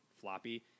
floppy